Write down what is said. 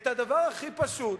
את הדבר הכי פשוט,